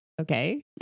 Okay